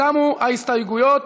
תמו ההסתייגויות,